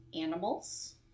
animals